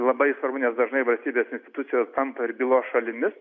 labai svarbu nes dažnai valstybės institucijos tampa ir bylos šalimis